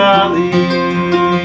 Valley